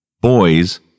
Boys